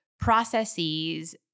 processes